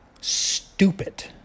stupid